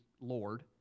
Lord